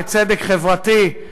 לצדק חברתי,